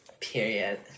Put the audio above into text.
Period